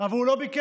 אבל הוא לא ביקש,